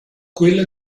quella